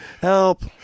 Help